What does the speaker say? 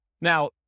now